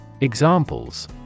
Examples